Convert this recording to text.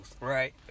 Right